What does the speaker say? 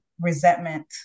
resentment